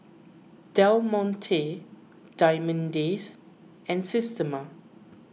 Del Monte Diamond Days and Systema